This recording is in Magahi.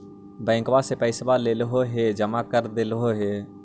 बैंकवा से पैसवा लेलहो है जमा कर देलहो हे?